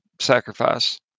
sacrifice